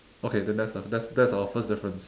okay then that's the that's that's our first difference